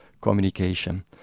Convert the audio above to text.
communication